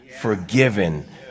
forgiven